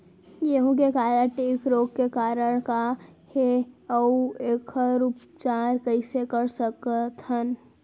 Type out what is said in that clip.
गेहूँ के काला टिक रोग के कारण का हे अऊ एखर उपचार कइसे कर सकत हन?